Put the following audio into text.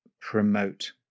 promote